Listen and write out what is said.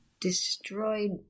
destroyed